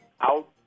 out